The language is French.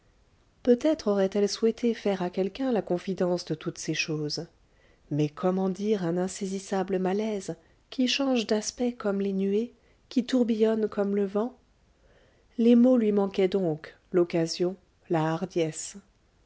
peut-être aurait-elle souhaité faire à quelqu'un la confidence de toutes ces choses mais comment dire un insaisissable malaise qui change d'aspect comme les nuées qui tourbillonne comme le vent les mots lui manquaient donc l'occasion la hardiesse